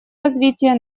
развития